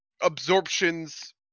absorptions